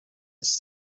its